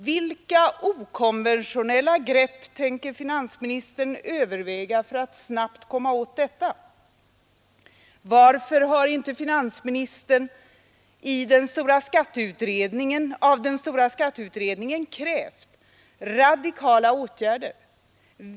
Vilka okonventionella grepp tänker finansministern överväga för att snabbt komma åt detta? Varför har inte finansministern av den stora skatteutredningen krävt radikala åtgärder?